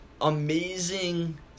amazing